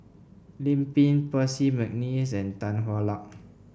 Lim Pin Percy McNeice and Tan Hwa Luck